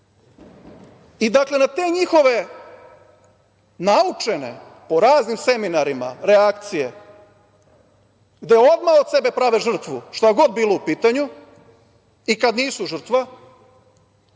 na te njihove naučene po raznim seminarima reakcije gde odmah od sebe prave žrtvu, šta god bilo u pitanju, i kad nisu žrtva,